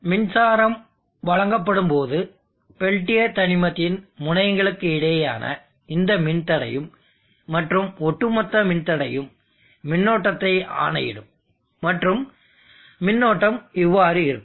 மின்சாரம் வழங்கப்படும் போது பெல்டியர் தனிமத்தின் முனையங்களுக்கிடையேயான இந்த மின்தடையும் மற்றும் ஒட்டுமொத்த மின்தடையும் மின்னோட்டத்தை ஆணையிடும் மற்றும் மின்னோட்டம் இவ்வாறு இருக்கும்